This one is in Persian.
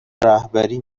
رهبری